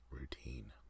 routine